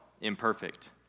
imperfect